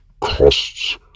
costs